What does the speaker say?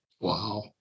Wow